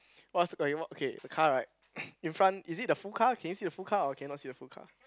what's orh you okay it's a car right in front is it the full car can you see the full car or cannot see the full car